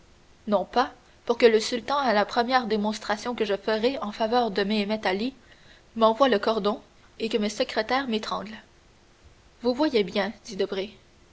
non pas pour que le sultan à la première démonstration que je ferai en faveur de méhémet-ali m'envoie le cordon et que mes secrétaires m'étranglent vous voyez bien